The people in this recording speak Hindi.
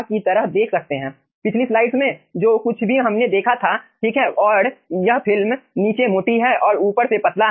की तरह देख सकते हैं पिछली स्लाइड्स में जो कुछ भी हमने देखा था ठीक है और यह फिल्म नीचे मोटी है और ऊपर से पतला हैं